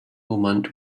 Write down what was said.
woman